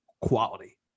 quality